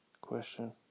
question